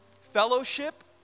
fellowship